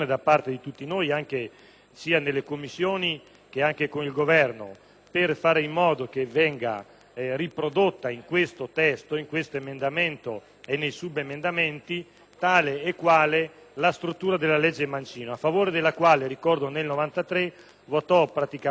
sia nelle Commissioni che anche con il Governo, per fare in modo che venga riprodotta tale e quale in questo testo e nei subemendamenti la struttura della legge Mancino, a favore della quale, ricordo, nel 1993 votò, quasi all'unanimità,